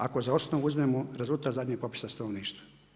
Ako za osnovu uzmemo rezultat zadnjeg popisa stanovništva.